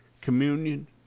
communion